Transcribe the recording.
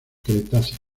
cretácico